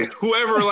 whoever